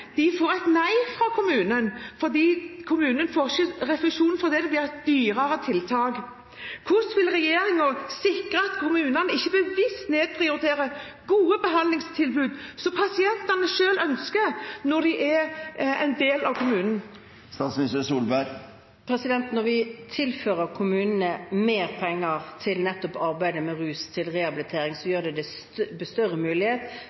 får nei fra kommunen fordi kommunen ikke får refusjon fordi det blir et dyrere tiltak. Hvordan vil regjeringen sikre at kommunene ikke bevisst nedprioriterer gode behandlingstilbud som pasientene selv ønsker, når de er en del av kommunen? Når vi tilfører kommunene mer penger til nettopp arbeidet med rusrehabilitering, blir det større mulighet for den enkelte som ikke er innenfor spesialisthelsetjenesten, til